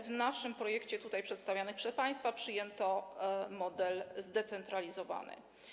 W naszym projekcie, przedstawianym przez państwa, przyjęto model zdecentralizowany.